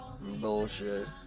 bullshit